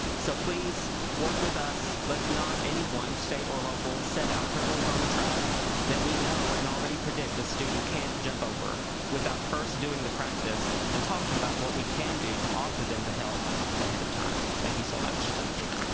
so please work with us let's not anyone state or local set out hurdles on the track that we know and already predict a student can't jump over without first doing the practice and talking about what we can do to offer them to help ahead of time thank you so much thank you